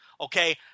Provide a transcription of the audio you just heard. Okay